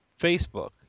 Facebook